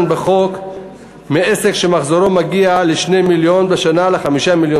בחוק מעסק שמחזורו מגיע ל-2 מיליון בשנה ל-5 מיליון